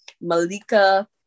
Malika